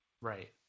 right